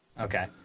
Okay